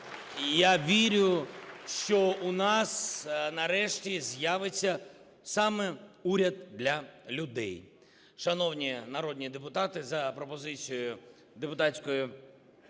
я вірю, що у нас, нарешті, з'явиться саме уряд для людей. Шановні народні депутати, за пропозицією депутатської